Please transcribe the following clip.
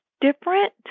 different